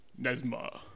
Nesma